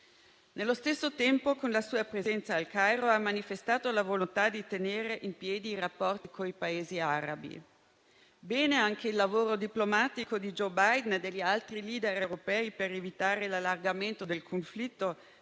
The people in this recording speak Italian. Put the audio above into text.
Nello stesso tempo, con la sua presenza a Il Cairo, ha manifestato la volontà di tenere in piedi i rapporti con i Paesi arabi. Bene anche il lavoro diplomatico di Joe Biden e degli altri *leader* europei per evitare l'allargamento del conflitto,